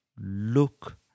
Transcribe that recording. look